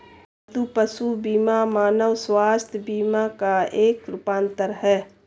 पालतू पशु बीमा मानव स्वास्थ्य बीमा का एक रूपांतर है